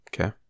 Okay